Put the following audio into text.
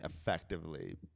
effectively